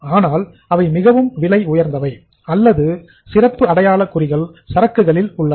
ஆனால் அவை மிகவும் விலை உயர்ந்தவை அல்லது சில சிறப்பு அடையாள குறிகள் சரக்குகளின் உள்ளன